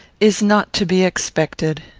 is not to be expected.